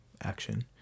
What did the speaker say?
action